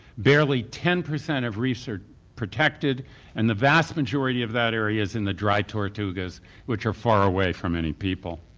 barely ten percent of reefs are protected and the vast majority of that area is in the dry tortugas which are far away from any people.